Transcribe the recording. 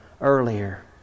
earlier